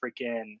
freaking –